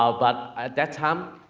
ah but, at that time,